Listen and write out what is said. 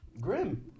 Grim